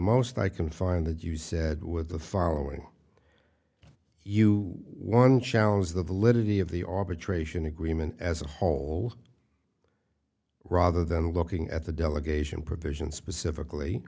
most i can find that you said with the following you one challenge the validity of the arbitration agreement as a whole rather than looking at the delegation provision specifically